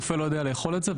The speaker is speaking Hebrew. ורופא לא ידע לתת לזה מענה.